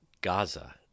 Gaza